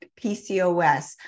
PCOS